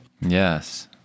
Yes